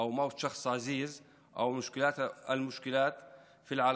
מוות של אדם יקר או בעיות בקשרים אישיים,